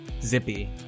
zippy